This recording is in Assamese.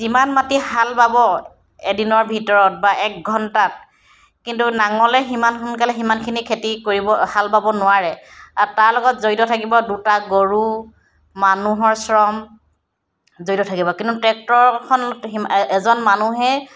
যিমান মাটি হাল বাব এদিনৰ ভিতৰত বা এক ঘণ্টাত কিন্তু নাঙলে সিমান সোনকালে সিমানখিনি খেতি কৰিব হাল বাব নোৱাৰে আৰু তাৰ লগত জড়িত দুটা গৰু মানুহৰ শ্ৰম জড়িত থাকিব কিন্তু টেক্টৰখন এজন মানুহেই